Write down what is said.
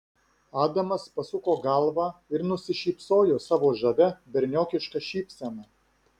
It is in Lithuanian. adamas pasuko galvą ir nusišypsojo savo žavia berniokiška šypsena